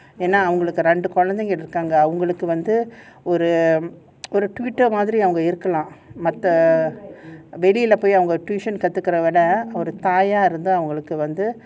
யேன்னா அவங்களுக்கு ரெண்டு வந்து குழந்தைங்க இருக்காங்க அவங்களுக்கு வந்து ஒரு:yenna avangalukku rendu kolanthainga irukkanga avngalukku vanthu oru twitter மாதிரி இருக்கலாம் மத்த:mathiri irukkalaam matha tuition வெளிய பொய் கத்துக்கறத விட தாயா இருந்து அவங்களுக்கு வந்து:velila poyi kathukkarartha vida thaayaa irunthu avangalukku vanthu